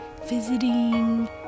visiting